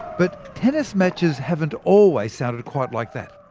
but tennis matches haven't always sounded quite like that.